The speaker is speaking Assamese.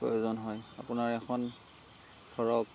প্ৰয়োজন হয় আপোনাৰ এখন ধৰক